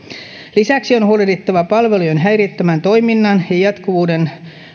lisäksi on huolehdittava palvelujen häiriöttömän toiminnan ja jatkuvuuden